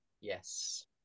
Yes